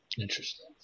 Interesting